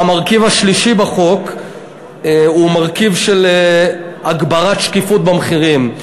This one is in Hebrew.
המרכיב השלישי בחוק הוא מרכיב של הגברת שקיפות במחירים.